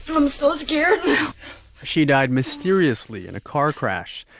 i'm so scared now she died mysteriously in a car crash.